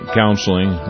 counseling